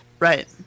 Right